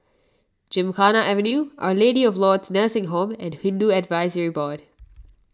Gymkhana Avenue Our Lady of Lourdes Nursing Home and Hindu Advisory Board